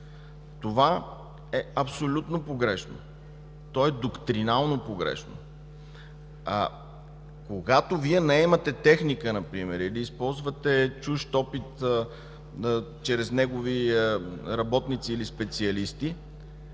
Това е абсолютно погрешно. То е доктринално погрешно. Когато наемате техника или използвате чужд опит чрез негови работници или специалисти,